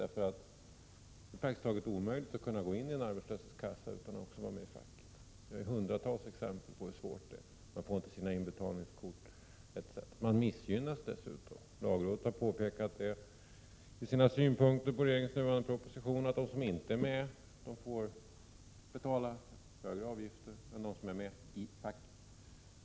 Det är ju praktiskt taget helt omöjligt att gå in i en arbetslöshetskassa utan att också vara med i facket. Vi har hundratals exempel på hur svårt det är. Folk får inte inbetalningskort osv. och missgynnas dessutom. Lagrådet har gett sina synpunkter på regeringens proposition och sagt att de som inte är med får betala högre avgifter än de som är medi facket.